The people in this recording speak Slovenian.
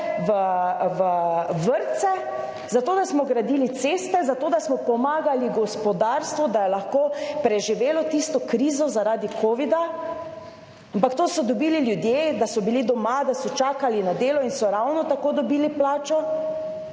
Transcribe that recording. v vrtce. Zato, da smo gradili ceste, zato, da smo pomagali gospodarstvu, da je lahko preživelo tisto krizo zaradi covida. Ampak to so dobili ljudje, da so bili doma, da so čakali na delo in so ravno tako dobili plačo.